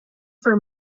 for